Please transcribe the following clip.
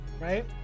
right